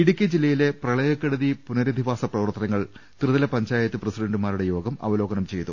ഇടുക്കി ജില്ലയിലെ പ്രളയക്കെടുതി പുനരധിവാസ പ്രവർത്തനങ്ങൾ ത്രിതല പഞ്ചാത്ത് പ്രസിഡന്റുമാരുടെ യോഗം അവലോകനം ചെയ്തു